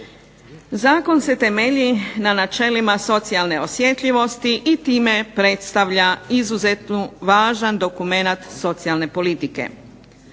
Zakon se temelji na načelima socijalne osjetljivosti, i time predstavlja izuzetno važan dokumenat socijalne politike.